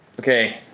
okay,